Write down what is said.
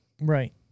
Right